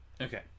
Okay